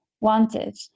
wanted